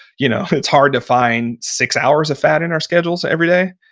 you know it's hard to find six hours of fat in our schedules every day.